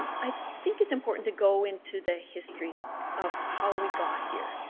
i think it's important to go into the history of how we got here,